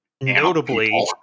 Notably